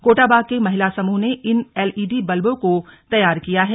कोटाबाग के महिला समूह ने इन एलईडी बल्बों को तैयार किया है